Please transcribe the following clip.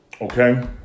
Okay